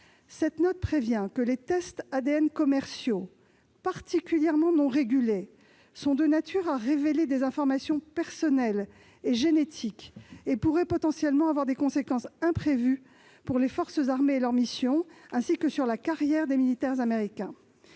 Cette note prévient que les tests ADN commerciaux, particulièrement non régulés, sont de nature à révéler des informations personnelles et génétiques, et pourraient avoir des conséquences imprévues pour les forces armées et leurs missions, ainsi que sur la carrière des militaires américains.